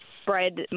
spread